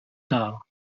dar